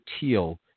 Teal